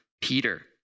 Peter